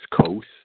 Coast